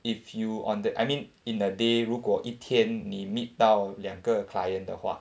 if you on that I mean in the day 如果一天妳 meet 到两个 client 的话